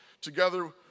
together